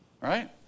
right